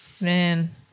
man